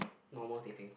normal teh peng